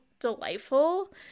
delightful